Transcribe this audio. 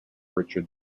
richard